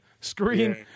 screen